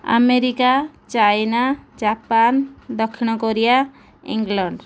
America China Japan ଦକ୍ଷିଣ Korea England